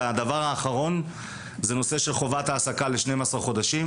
והדבר האחרון זה הנושא של חובת העסקה לשנים עשר חודשים.